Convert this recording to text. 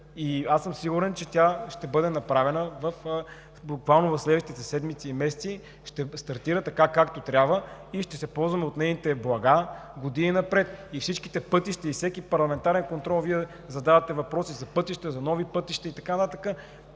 Аз съм сигурен, че тя ще бъде направена буквално в следващите седмици и месеци, ще стартира така, както трябва, и ще се ползваме от нейните блага години напред. На всеки парламентарен контрол Вие задавате въпроси за пътища, за нови пътища и така нататък.